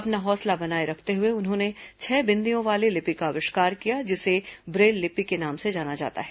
अपना हौसला बनाए रखते हुए उन्होंने छह बिन्दियों वाली लिपि का आविष्कार किया जिसे ब्रेल लिपि के नाम से जाना जाता है